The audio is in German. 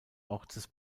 ortes